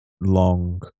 long